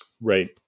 Right